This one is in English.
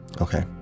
Okay